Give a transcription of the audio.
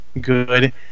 good